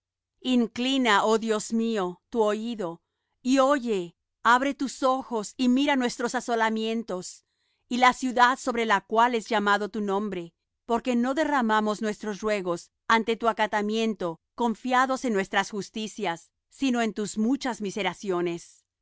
inclina oh dios mío tu oído y oye abre tus ojos y mira nuestros asolamientos y la ciudad sobre la cual es llamado tu nombre porque no derramamos nuestros ruegos ante tu acatamiento confiados en nuestras justicias sino en tus muchas